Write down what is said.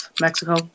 Mexico